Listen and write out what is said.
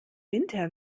winter